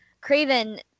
Craven